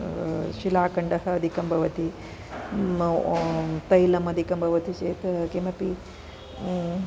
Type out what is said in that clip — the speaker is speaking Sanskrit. शिलाखन्डः अधिकं भवति तैलमधिकं भवति चेत् किमपि